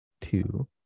two